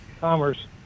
Commerce